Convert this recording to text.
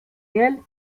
réels